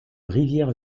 rivière